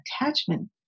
attachment